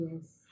Yes